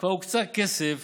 כבר הוקצה כסף